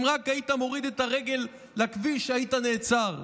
אם רק היית מוריד את הרגל לכביש היית נעצר.